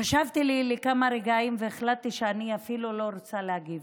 חשבתי לי כמה רגעים והחלטתי שאני אפילו לא רוצה להגיב,